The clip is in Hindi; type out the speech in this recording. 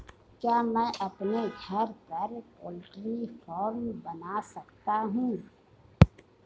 क्या मैं अपने घर पर पोल्ट्री फार्म बना सकता हूँ?